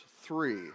three